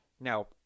Now